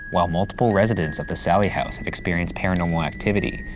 while multiple residents of the sallie house have experienced paranormal activity,